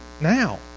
now